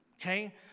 Okay